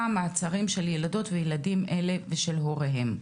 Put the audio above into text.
מעצרים של ילדות וילדים אלה בשל הוריהם.